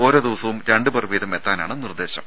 ഓരോ ദിവസവും രണ്ടുപേർ വീതം എത്താനാണ് നിർദേശം